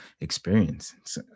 experience